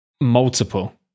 multiple